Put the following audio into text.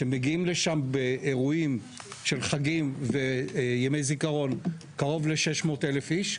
שמגיעים לשם באירועים של חגים וימי זיכרון קרוב ל-600 אלף איש,